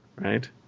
right